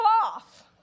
cloth